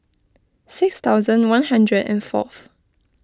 six thousand one hundred and fourth